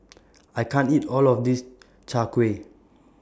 I can't eat All of This Chai Kuih